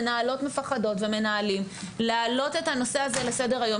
מנהלות מפחדות ומנהלים להעלות את הנושא הזה לסדר-היום,